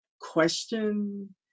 question